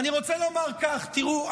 ואני רוצה לומר כך: תראו,